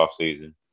offseason